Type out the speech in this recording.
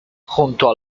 junto